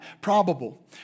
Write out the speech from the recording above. probable